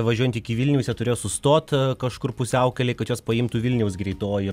važiuojant iki vilniaus jie turėjo sustot kažkur pusiaukelėj kad juos paimtų vilniaus greitoji